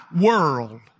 world